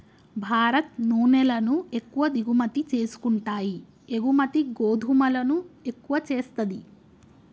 భారత్ నూనెలను ఎక్కువ దిగుమతి చేసుకుంటాయి ఎగుమతి గోధుమలను ఎక్కువ చేస్తది